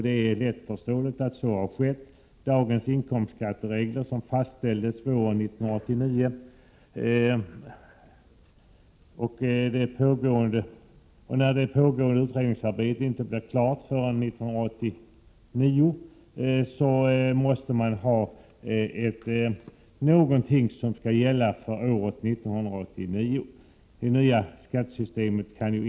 Det är lätt att förstå att så har skett. Dagens inkomstskatteregler fastställdes våren 1986, och pågående utredningsarbete blir sannolikt inte klart förrän 1989, varför ett nytt skattesystem inte kan tillämpas förrän allra tidigast år 1990.